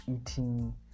eating